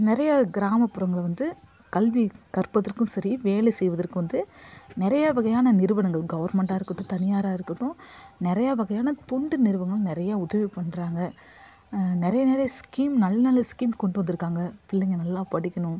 நிறைய கிராமப்புறங்கள்ல வந்து கல்வி கற்பதற்கும் சரி வேலை செய்வதற்கு வந்து நிறைய வகையான நிறுவனங்கள் கவர்மெண்ட்டாக இருக்கட்டும் தனியாராக இருக்கட்டும் நிறைய வகையான தொண்டு நிறுவனம் நிறைய உதவி பண்ணுறாங்க நிறைய நிறைய ஸ்கீம் நல்ல நல்ல ஸ்கீம் கொண்டுட்டு வந்திருக்காங்க பிள்ளைங்க நல்லா படிக்கணும்